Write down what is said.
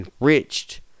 enriched